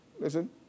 Listen